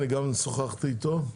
אני גם שוחחתי איתו.